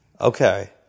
Okay